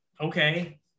okay